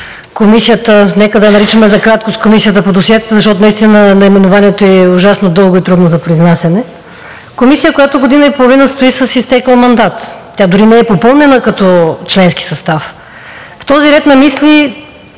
Комисията – нека да я наричаме за краткост – по досиетата, защото наименованието ѝ е ужасно дълго и трудно за произнасяне. Комисия, която година и половина стои с изтекъл мандат, тя дори не е попълнена като членски състав. В този ред на мисли